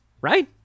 Right